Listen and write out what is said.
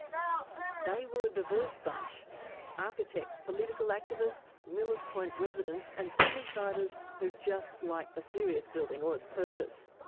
um they were a diverse bunch architects, political activists, millers point residents, and sydneysiders who just like the sirius building or its purpose.